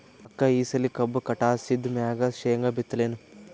ಅಕ್ಕ ಈ ಸಲಿ ಕಬ್ಬು ಕಟಾಸಿದ್ ಮ್ಯಾಗ, ಶೇಂಗಾ ಬಿತ್ತಲೇನು?